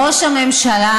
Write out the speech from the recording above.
ראש הממשלה,